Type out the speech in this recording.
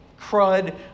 crud